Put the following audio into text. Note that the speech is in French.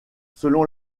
selon